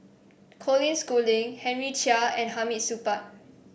Colin Schooling Henry Chia and Hamid Supaat